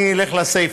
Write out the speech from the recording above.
אני אלך לסיפה.